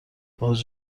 باز